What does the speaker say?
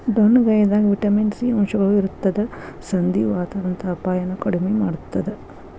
ಡೊಣ್ಣಗಾಯಿದಾಗ vitamin C ಅಂಶಗಳು ಇರತ್ತದ ಸಂಧಿವಾತದಂತ ಅಪಾಯನು ಕಡಿಮಿ ಮಾಡತ್ತದ